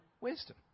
wisdom